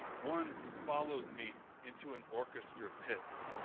one followed me into an orchestra pit.